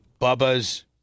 Bubba's